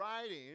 writing